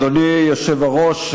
אדוני היושב-ראש,